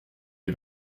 les